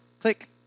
Click